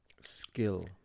skill